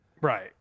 right